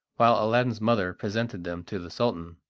while aladdin's mother presented them to the sultan.